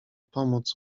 pomoc